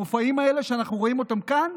המופעים האלה שאנחנו רואים אותם כאן,